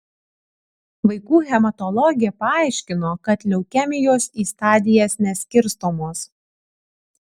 vaikų hematologė paaiškino kad leukemijos į stadijas neskirstomos